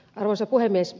arvoisa puhemies